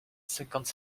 cinquante